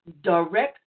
direct